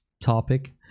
topic